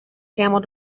camel